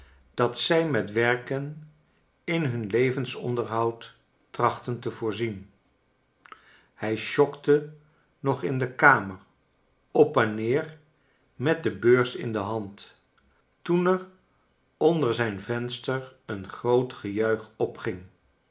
dat zij met werken in hun levensonderhoud traclitten te voorzien hij sjokte nog in de kamer op en neer met de beurs in de hand toen er onder zijn venster een groot gejuich opging